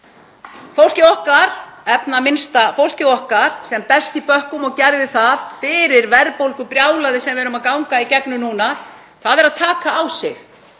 fólkið okkar, sem berst í bökkum og gerði það fyrir verðbólgubrjálæðið sem við erum að ganga í gegnum núna, er að taka á sig,